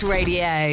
Radio